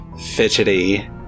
fidgety